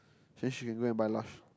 then she can go and buy Lush